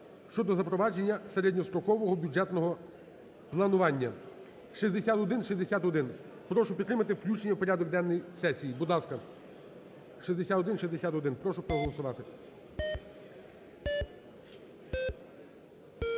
(щодо запровадження середньострокового бюджетного планування) 6161. Прошу підтримати включення в порядок денний сесії. Будь ласка, 6161 прошу проголосувати.